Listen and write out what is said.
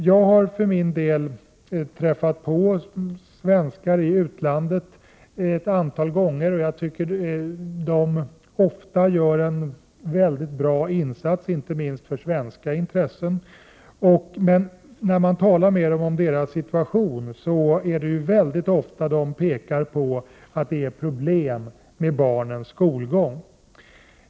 Jag har för min del ett antal gånger träffat på svenskar i utlandet, och jag tycker att de ofta gör en mycket bra insats, inte minst för svenska intressen. Men när man talar med dem om deras situation pekar de ofta på att det är problem med barnens skolgång.